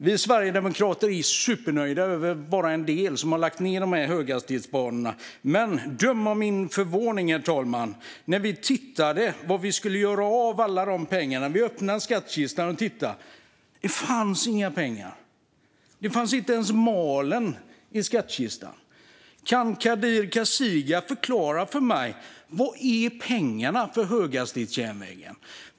Vi sverigedemokrater är supernöjda med att man har lagt ned planerna på dessa höghastighetsbanor. Men döm om min förvåning, herr talman, när vi undrade vad vi skulle göra med alla dessa pengar. Vi öppnade skattkistan och tittade. Det fanns inga pengar där. Det fanns inte ens en mal i skattkistan. Kan Kadir Kasirga förklara för mig var pengarna är som skulle användas till höghastighetsjärnvägen?